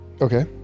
Okay